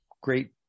great